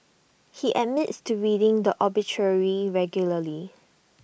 he admits to reading the obituary regularly